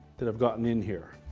that have gotten in here.